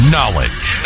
Knowledge